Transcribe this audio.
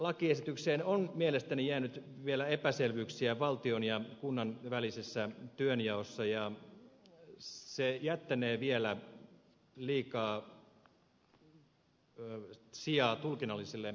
lakiesitykseen on mielestäni jäänyt vielä epäselvyyksiä valtion ja kunnan välisessä työnjaossa ja se jättänee vielä liikaa sijaa tulkinnallisille asioille